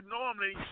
normally